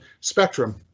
spectrum